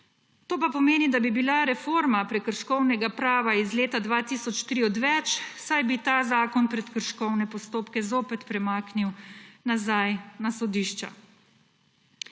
To pa pomeni, da bi bila reforma prekrškovnega prava iz leta 2003 odveč, saj bi ta zakon prekrškovne postopke zopet premaknil nazaj na sodišča.